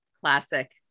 Classic